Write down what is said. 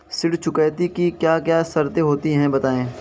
ऋण चुकौती की क्या क्या शर्तें होती हैं बताएँ?